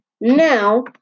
Now